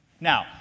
Now